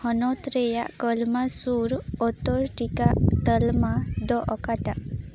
ᱦᱚᱱᱚᱛ ᱨᱮᱭᱟᱜ ᱠᱚᱞᱢᱟ ᱥᱩᱨ ᱚᱛᱚᱨ ᱴᱤᱠᱟ ᱛᱟᱞᱢᱟ ᱫᱚ ᱚᱠᱟᱴᱟᱜ